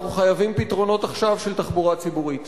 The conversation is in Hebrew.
אנחנו חייבים פתרונות עכשיו, של תחבורה ציבורית.